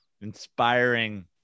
inspiring